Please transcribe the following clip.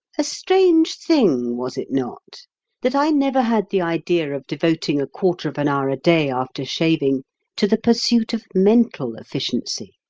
a strange thing was it not that i never had the idea of devoting a quarter of an hour a day after shaving to the pursuit of mental efficiency.